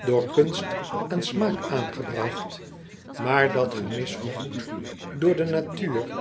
door kunst en smaak aangebragt maar dat gemis vergoed door de natuur